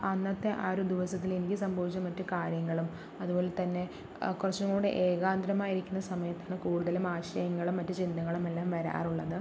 അന്നത്തെ ആ ഒരു ദിവസത്തിൽ എനിക്ക് സംഭവിച്ച മറ്റു കാര്യങ്ങളും അതുപോലെത്തന്നെ കുറച്ചും കൂടി ഏകാഗ്രമായിരിക്കുന്ന സമയത്താണ് കൂടുതലും ആശയങ്ങളും മറ്റു ചിന്തകളും എല്ലാം വരാറുള്ളത്